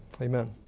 Amen